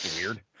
weird